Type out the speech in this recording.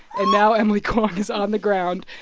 and now emily kwong is on the ground.